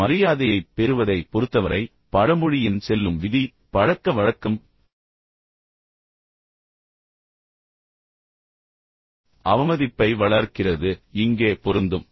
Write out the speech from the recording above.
ஆனால் மரியாதையைப் பெறுவதைப் பொறுத்தவரை பழமொழியின் செல்லும் விதி பழக்க வழக்கம் அவமதிப்பை வளர்க்கிறது இங்கே பொருந்தும்